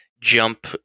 jump